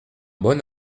bon